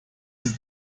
ist